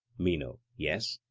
meno yes.